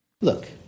Look